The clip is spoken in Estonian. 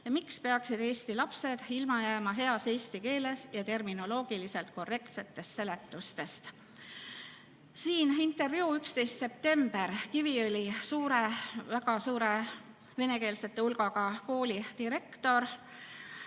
Ja miks peaksid eesti lapsed ilma jääma heas eesti keeles ja terminoloogiliselt korrektsetest seletustest? Siin on intervjuu, 11. september. Kiviõli väga suure venekeelsete [õpilaste] hulgaga kooli direktor